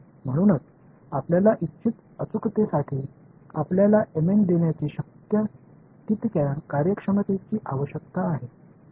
म्हणूनच आपल्याला इच्छित अचूकतेसाठी आपल्याला mn देण्याची शक्य तितक्या कार्यक्षमतेची आवश्यकता आहे